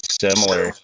similar